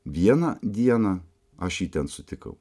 vieną dieną aš jį ten sutikau